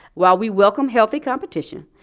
while we welcome healthy competition,